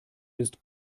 ist